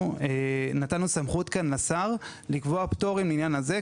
אנחנו נתנו כאן סמכות לשר לקבוע פטורים בעניין הזה,